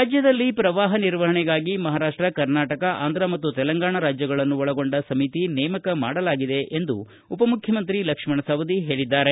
ರಾಜ್ಯದಲ್ಲಿ ಪ್ರವಾಹ ನಿರ್ವಹಣೆಗಾಗಿ ಮಹಾರಾಷ್ಟ ಕರ್ನಾಟಕ ಆಂಧ್ರ ಮತ್ತು ತೆಲಂಗಾಣ ರಾಜ್ಯಗಳನ್ನು ಒಳಗೊಂಡ ಸಮಿತಿ ನೇಮಕ ಮಾಡಲಾಗಿದೆ ಎಂದು ಉಪಮುಖ್ಯಮಂತ್ರಿ ಲಕ್ಷ್ಮಣ ಸವದಿ ಹೇಳಿದ್ದಾರೆ